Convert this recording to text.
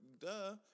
Duh